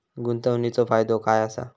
गुंतवणीचो फायदो काय असा?